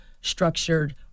structured